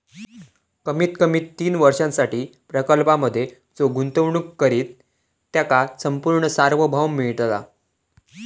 कमीत कमी तीन वर्षांसाठी प्रकल्पांमधे जो गुंतवणूक करित त्याका संपूर्ण सार्वभौम मिळतला